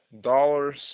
dollars